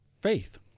faith